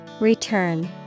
Return